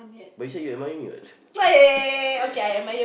but you say you admire me what